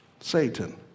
Satan